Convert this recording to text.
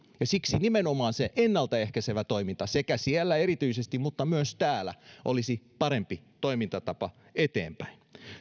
ja siksi nimenomaan se ennaltaehkäisevä toiminta sekä siellä erityisesti mutta myös täällä olisi parempi toimintatapa eteenpäin